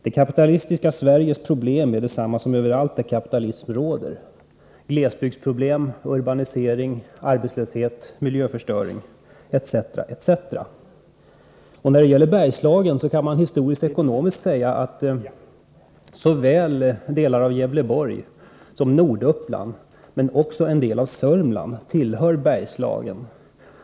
Det kapitalistiska Sveriges problem är desamma som överallt där kapitalism råder: glesbygdsproblem, urbanisering, arbetslöshet, miljöförstöring, etc. När det gäller Bergslagen kan man historiskt-ekonomiskt säga att såväl delar av Gävleborg som Norduppland, men också en del av Sörmland, tillhör Bergslagen.